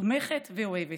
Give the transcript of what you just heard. תומכת ואוהבת.